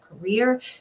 career